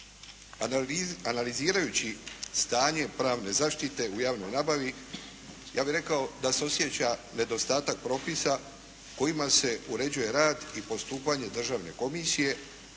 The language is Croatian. Analizirajući stanje pravne zaštite u javnoj nabavi, ja bi rekao da se osjeća nedostatak propisa kojima se uređuje rad i postupanje državne komisije